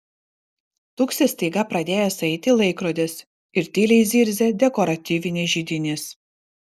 tuksi staiga pradėjęs eiti laikrodis ir tyliai zirzia dekoratyvinis židinys